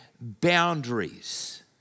boundaries